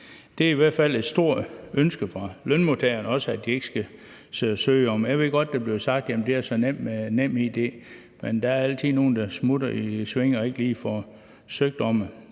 Det er i hvert fald også et stort ønske fra lønmodtagerne, at de ikke skal sidde og søge om dem. Jeg ved godt, at det blev sagt, at det er så nemt med NemID, men der er altid nogle, for hvem det smutter, så de ikke lige får søgt.